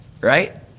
right